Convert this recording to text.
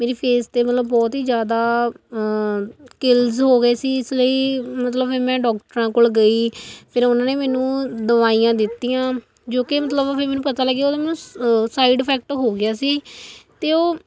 ਮੇਰੀ ਫੇਸ 'ਤੇ ਮਤਲਬ ਬਹੁਤ ਹੀ ਜ਼ਿਆਦਾ ਕਿਲਜ ਹੋ ਗਏ ਸੀ ਇਸ ਲਈ ਮਤਲਬ ਫਿਰ ਮੈਂ ਡਾਕਟਰਾਂ ਕੋਲ ਗਈ ਫਿਰ ਉਹਨਾਂ ਨੇ ਮੈਨੂੰ ਦਵਾਈਆਂ ਦਿੱਤੀਆਂ ਜੋ ਕਿ ਮਤਲਬ ਫਿਰ ਮੈਨੂੰ ਪਤਾ ਲੱਗਿਆ ਉਹਦਾ ਮੈਨੂੰ ਸਾਈਡ ਇਫੈਕਟ ਹੋ ਗਿਆ ਸੀ ਅਤੇ ਉਹ